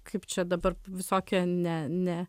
kaip čia dabar visokie ne ne